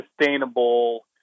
sustainable